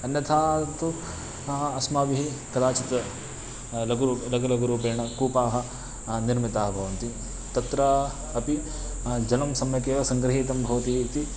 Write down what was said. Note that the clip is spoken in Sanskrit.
अन्यथा तु अस्माभिः कदाचित् लघु लघु लघुरूपेण कूपाः निर्मिताः भवन्ति तत्र अपि जलं सम्यकेव सङ्ग्रहीतं भवति इति